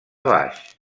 baix